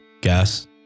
gas